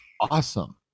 awesome